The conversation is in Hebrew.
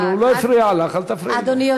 הוא לא הפריע לך, אל תפריעי לו.